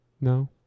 No